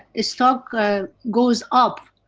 ah stock ah goes up,